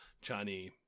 Johnny